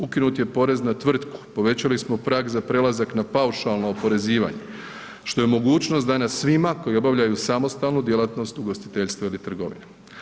Ukinut je porez na tvrtku, povećali smo prag za prelazak na paušalno oporezivanje što je mogućnost danas svima koji obavljaju samostalnu djelatnost ugostiteljstva ili trgovine.